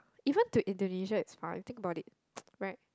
even to Indonesia it's far you think about it right